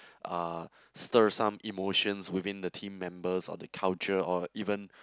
uh stir some emotions within the team members or the culture or even